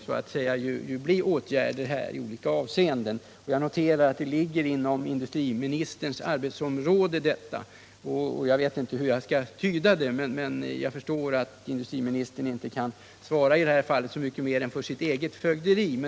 Jag noterar att detta ligger inom industriministerns arbetsområde. Men jag vet inte riktigt hur jag skall tyda det sagda. Jag förmodar dock att industriministern i det fallet bara kan svara för sitt eget fögderi.